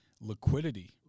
liquidity